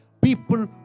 People